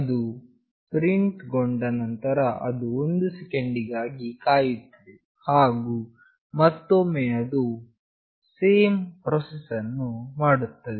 ಅದು ಪ್ರಿಂಟ್ ಗೊಂಡ ನಂತರ ಅದು 1 ಸೆಕೆಂಡ್ ಗಾಗಿ ಕಾಯುತ್ತದೆ ಹಾಗು ಮತ್ತೊಮ್ಮೆ ಅದು ಸೇಮ್ ಪ್ರಾಸೆಸ್ ಅನ್ನು ಮಾಡುತ್ತದೆ